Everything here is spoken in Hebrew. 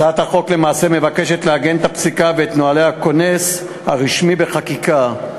הצעת החוק למעשה מבקשת לעגן את הפסיקה ואת נוהלי הכונס הרשמי בחקיקה,